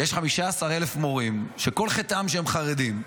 יש 15,000 מורים שכל חטאם שהם חרדים,